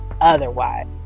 otherwise